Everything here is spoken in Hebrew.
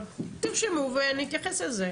אבל אתם עכשיו מקשיבים ואחרי זה אתם תתייחסו,